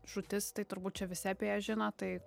žūtis tai turbūt čia visi apie ją žino tai